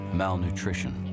malnutrition